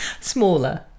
Smaller